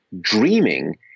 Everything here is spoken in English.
Dreaming